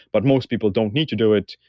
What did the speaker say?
but most people don't need to do it.